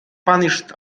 punished